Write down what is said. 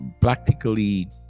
practically